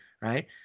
right